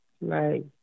Right